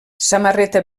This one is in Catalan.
samarreta